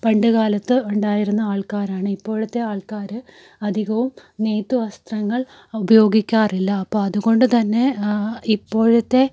പണ്ടുകാലത്ത് ഉണ്ടായിരുന്ന ആൾക്കാരാണ് ഇപ്പോഴത്തെ ആൾക്കാർ അധികവും നെയ്ത്ത് വസ്ത്രങ്ങൾ ഉപയോഗിക്കാറില്ല അപ്പോൾ അതുകൊണ്ടുതന്നെ ഇപ്പോഴത്തെ